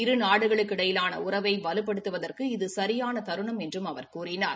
இரு நாடுகளுக்கு இடையேயான உறவை வலுப்படுத்துவதற்கு இது சியான தருணம் என்றும் அவர் கூறினார்